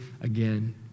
again